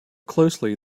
closely